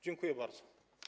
Dziękuję bardzo.